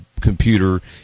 computer